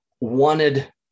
wanted